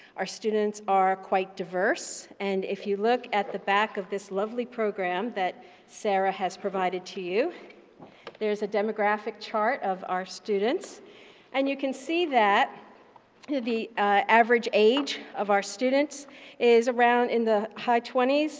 our students are quite diverse and if you look at the back of this lovely program that sara has provided to you there's a demographic chart of our students and you can see that the average age of our students is around in the high twenty s.